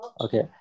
Okay